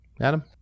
Adam